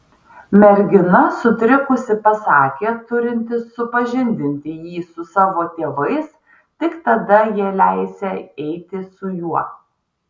mergina sutrikusi pasakė turinti supažindinti jį su savo tėvais tik tada jie leisią eiti su juo